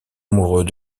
amoureux